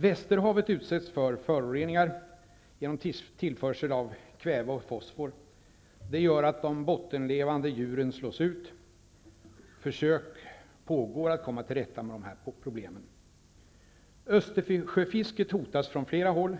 Västerhavet utsätts för föroreningar genom tillförsel av kväve och fosfor. Det gör att de bottenlevande djuren slås ut. Försök pågår att komma till rätta med de här problemen. Östersjöfisket hotas från flera håll.